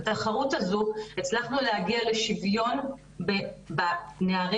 בתחרות הזו הצלחנו להגיע לשוויון בנערים